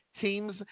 teams